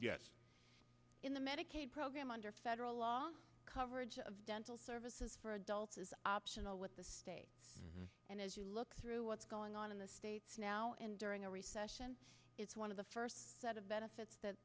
yes in the medicaid program under federal law coverage of dental services for adults is optional with the state and as you look through what's going on in the states now and during a recession is one of the first set of benefits